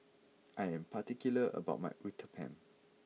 I am particular about my Uthapam